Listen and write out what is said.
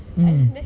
mm